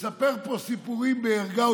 מספר פה סיפורים בערגה.